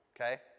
okay